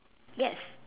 yes